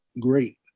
great